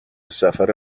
سفر